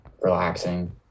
relaxing